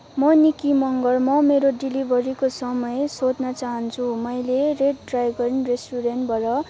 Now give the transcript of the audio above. म निक्की मँगर म मेरो डेलिभरीको समय सोध्न चाहन्छुँ मैले रेड ड्राइगन रेस्टुरेन्टबाट